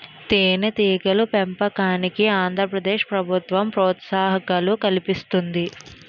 తేనెటీగల పెంపకానికి ఆంధ్ర ప్రదేశ్ ప్రభుత్వం ప్రోత్సాహకాలు కల్పిస్తుంది